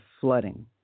flooding